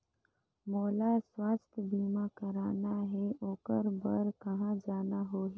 मोला स्वास्थ बीमा कराना हे ओकर बार कहा जाना होही?